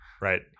Right